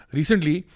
recently